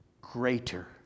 greater